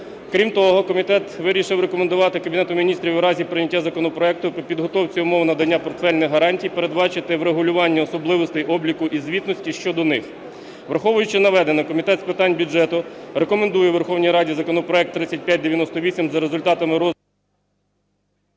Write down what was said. Крім того, Комітет вирішив рекомендувати Кабінету Міністрів, в разі прийняття законопроекту при підготовці умов надання портфельних гарантій, передбачити врегулювання особливостей обліку і звітності щодо них. Враховуючи наведене, Комітет з питань бюджету рекомендує Верховній Раді законопроект 3598 за результатами розгляду…